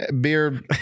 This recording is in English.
Beer